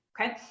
Okay